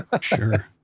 sure